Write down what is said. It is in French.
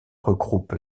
regroupe